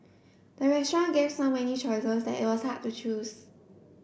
the restaurant gave so many choices that it was hard to choose